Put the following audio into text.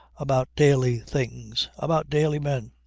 about daily things, about daily men.